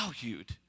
valued